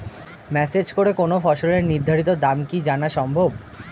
Message করে কোন ফসলের নির্ধারিত দাম কি জানা সম্ভব?